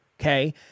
okay